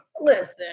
Listen